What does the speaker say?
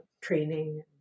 training